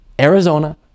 Arizona